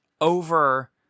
over